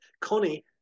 Connie